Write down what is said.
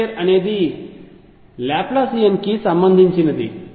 Lx2 అనేది లాప్లాసియన్కి సంబంధించినది